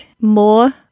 more